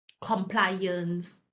compliance